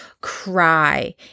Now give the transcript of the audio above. cry